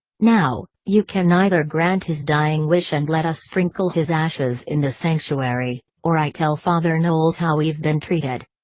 now, you can either grant his dying wish and let us sprinkle his ashes in the sanctuary, or i tell father knowles how we've been treated.